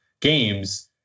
games